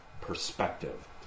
perspective